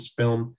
film